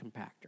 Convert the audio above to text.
compactor